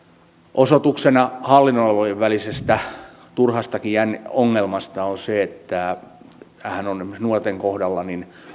osoituksena hallinnon alojen välisestä turhastakin ongelmasta on se että esimerkiksi nuorten kohdalla